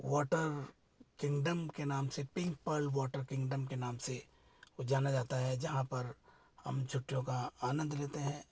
water kingdom के नाम से पिंक पल वॉटर किंडम के नाम से वो जाना जाता है जहाँ पर हम छुट्टियों का आनंद लेते हैं